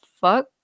fuck